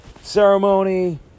ceremony